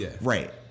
Right